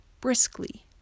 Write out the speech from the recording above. briskly